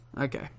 Okay